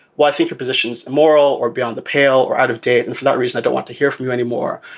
well, i think your positions moral or beyond the pale or out of date. and for that reason, i don't want to hear from you anymore.